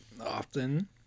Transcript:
often